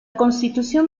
constitución